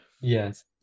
Yes